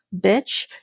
bitch